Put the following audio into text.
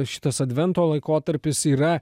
šitas advento laikotarpis yra